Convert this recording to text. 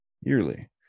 Yearly